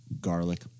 Garlic